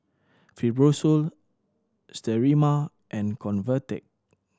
Fibrosol Sterimar and Convatec